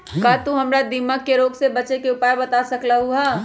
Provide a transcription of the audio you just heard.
का तू हमरा दीमक के रोग से बचे के उपाय बता सकलु ह?